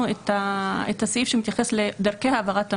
את הסעיף שמתייחס לדרכי העברת המידע,